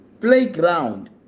playground